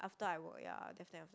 after I work ya definitely